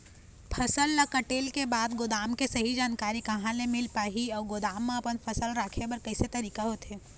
फसल ला कटेल के बाद गोदाम के सही जानकारी कहा ले मील पाही अउ गोदाम मा अपन फसल रखे बर कैसे तरीका होथे?